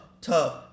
tough